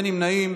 אין נמנעים.